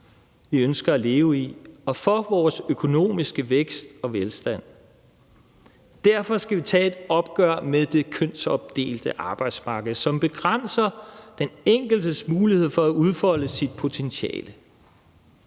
vi ønsker at leve i, og for vores økonomiske vækst og velstand. Derfor skal vi tage et opgør med det kønsopdelte arbejdsmarked, som begrænser den enkeltes mulighed for at udfolde sit potentiale.